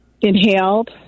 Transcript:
inhaled